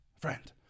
friend